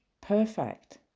perfect